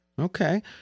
Okay